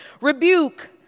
rebuke